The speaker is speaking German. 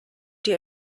die